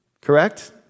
correct